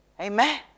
Amen